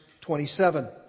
27